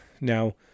Now